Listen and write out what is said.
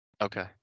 okay